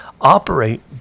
Operate